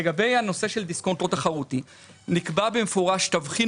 לגבי הנושא של דיסקונט לא תחרותי נקבע במפורש תבחין